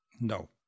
No